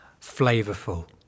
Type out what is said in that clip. flavorful